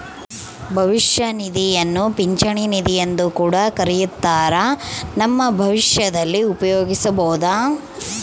ಭವಿಷ್ಯ ನಿಧಿಯನ್ನ ಪಿಂಚಣಿ ನಿಧಿಯೆಂದು ಕೂಡ ಕರಿತ್ತಾರ, ನಮ್ಮ ಭವಿಷ್ಯದಲ್ಲಿ ಉಪಯೋಗಿಸಬೊದು